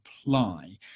apply